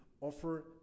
offer